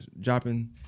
dropping